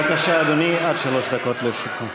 בבקשה, אדוני, עד שלוש דקות לרשותך.